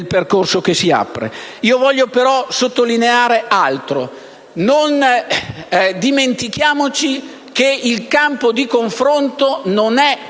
Voglio, però, sottolineare altro: non dimentichiamoci che il campo di confronto non è solo la